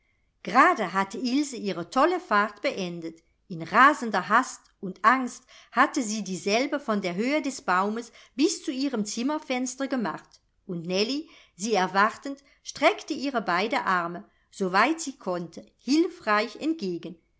grade hatte ilse ihre tolle fahrt beendet in rasender hast und angst hatte sie dieselbe von der höhe des baumes bis zu ihrem zimmerfenster gemacht und nellie sie erwartend streckte ihr beide arme soweit sie konnte hilfreich entgegen